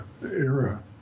era